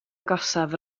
agosaf